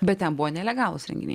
bet ten buvo nelegalūs renginiai